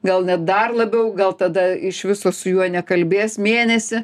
gal net dar labiau gal tada iš viso su juo nekalbės mėnesį